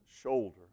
shoulder